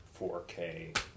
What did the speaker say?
4K